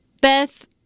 Beth